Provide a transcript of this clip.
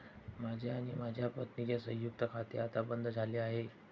माझे आणि माझ्या पत्नीचे संयुक्त खाते आता बंद झाले आहे